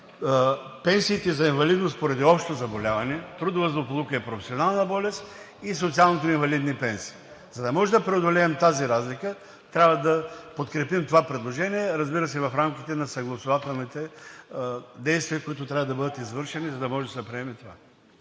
пенсиите за инвалидност поради общо заболяване, трудова злополука, професионална болест със социалните пенсии. Можем да преодолеем тази разлика, трябва да подкрепим това предложение, разбира се, в рамките на съгласувателните действия, които трябва да бъдат извършени, за да се приеме това.